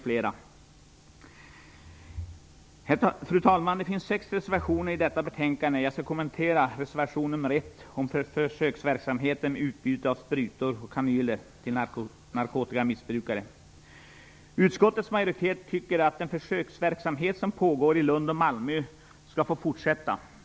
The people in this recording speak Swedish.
Fru talman! Det finns sex reservationer fogade till detta betänkande. Jag skall kommentera reservation nr Utskottets majoritet tycker att den försöksverksamhet som pågår i Lund och Malmö skall få fortsätta att bedrivas.